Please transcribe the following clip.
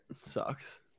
sucks